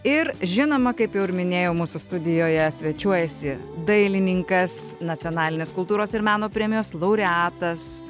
ir žinoma kaip jau minėjau mūsų studijoje svečiuojasi dailininkas nacionalinės kultūros ir meno premijos laureatas